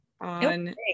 on